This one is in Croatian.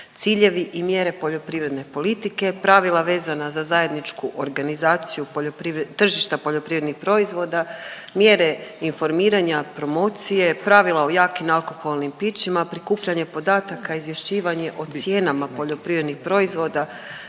ciljevi i mjere poljoprivredne politike, pravila vezana za zajedničku organizaciju tržišta poljoprivrednih proizvoda, mjere informiranja, promocije, pravila o jakim alkoholnim pićima, prikupljanje podataka, izvješćivanje o cijenama poljoprivrednih proizvoda,